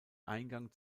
eingang